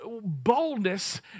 Boldness